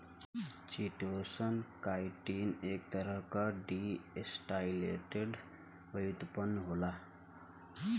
chitosan, chitin क एक तरह क डीएसेटाइलेटेड व्युत्पन्न होला